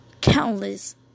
countless